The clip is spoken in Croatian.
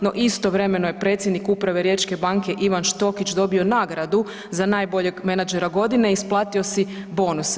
No, istovremeno je predsjednik uprave riječke banke Ivan Štokić dobio nagradu za najboljeg menadžera godine i isplatio si bonuse.